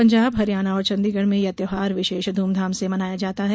पंजाब हरियाणा और चंडीगढ़ में यह त्यौहार विशेष धूम धाम से मनाया जाता है